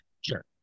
sure